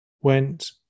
went